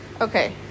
okay